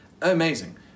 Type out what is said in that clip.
Amazing